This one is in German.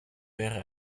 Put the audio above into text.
wäre